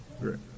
Great